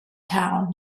town